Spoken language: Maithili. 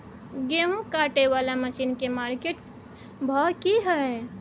गेहूं काटय वाला मसीन के मार्केट भाव की हय?